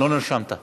לא נרשמת.